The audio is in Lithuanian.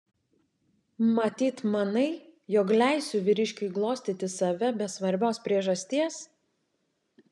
matyt manai jog leisiu vyriškiui glostyti save be svarbios priežasties